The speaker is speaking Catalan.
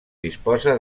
disposa